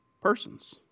persons